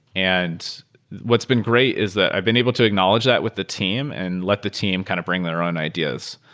and what's been great is that i've been able to acknowledge that with the team and let the team kind of bring their own ideas.